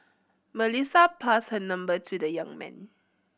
Melissa passed her number to the young man